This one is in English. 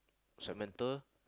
Samantha